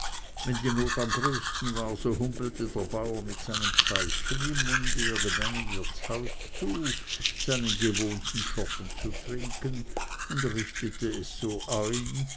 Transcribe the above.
wenn die not am größten war so humpelte der bauer mit seinem pfeifchen im munde irgendeinem wirtshause zu seinen gewohnten schoppen zu trinken und richtete es so ein